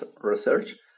research